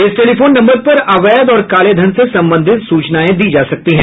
इस telephone number पर अवैध और काले धन से संबंधित सूचनाएं दी जा सकती हैं